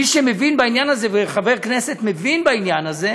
מי שמבין בעניין הזה, וחבר כנסת מבין בעניין הזה,